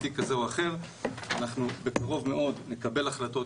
לתיק כזה או אחר, אנחנו בקרוב מאוד נקבל החלטות,